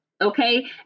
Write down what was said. Okay